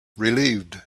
relieved